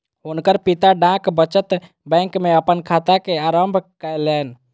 हुनकर पिता डाक बचत बैंक में अपन खाता के आरम्भ कयलैन